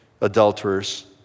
adulterers